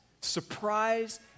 Surprise